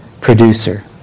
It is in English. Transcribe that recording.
producer